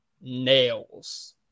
nails